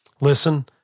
Listen